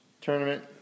tournament